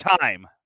time